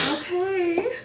Okay